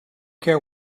care